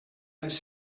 les